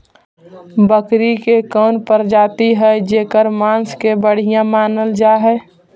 बकरी के कौन प्रजाति हई जेकर मांस के बढ़िया मानल जा हई?